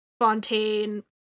Fontaine